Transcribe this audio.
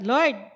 Lord